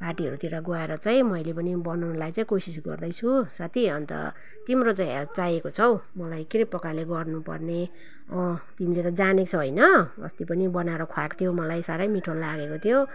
पार्टीहरूतिर गएर चाहिँ मैले पनि बनाउनुलाई चाहिँ कोसिस गर्दैछु साथी अन्त तिम्रो चाहिँ हेल्प चाहिएको छ हौ मलाई के प्रकारले गर्नुपर्ने तिमीले त जानेको छौ होइन अस्ति पनि बनाएर खुवाएको थियौ मलाई साह्रै मिठो लागेको थियो